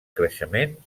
creixement